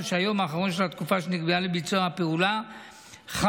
ושהיום האחרון של התקופה שנקבעה לביצוע הפעולה חל